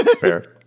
Fair